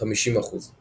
50%